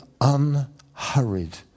unhurried